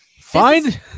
find